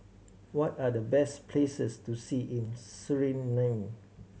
what are the best places to see in Suriname